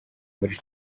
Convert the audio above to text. muri